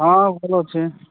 ହଁ ଭଲ ଅଛି